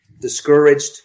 discouraged